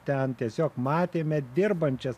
ten tiesiog matėme dirbančias